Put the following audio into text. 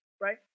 right